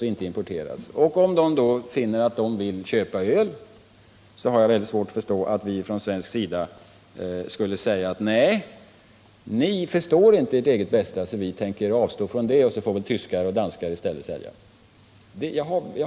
Om myndigheterna då anser att man vill importera öl har jag svårt att förstå att vi från svensk sida skulle säga: ”Nej, ni förstår inte ert eget bästa, och därför avstår vi från att exportera öl till er.” Resultatet av detta skulle bli att tyskar och danskar i stället fick sälja.